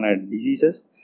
diseases